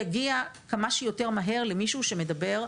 מגיע אלינו איכשהו ואנחנו די קרובים למאה שנה וראוי היה שמדינת ישראל,